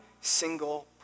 single